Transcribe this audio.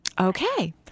Okay